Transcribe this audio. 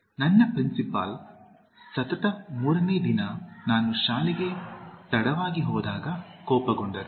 ನನ್ನ ಪ್ರಿನ್ಸಿಪಾಲ್ ಸತತ ಮೂರನೇ ದಿನ ನಾನು ಶಾಲೆಗೆ ತಡವಾಗಿ ಹೋದಾಗ ಕೋಪಗೊಂಡರು